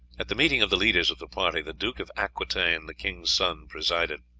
at the meeting of the leaders of the party, the duke of aquitaine, the king's son, presided.